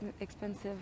expensive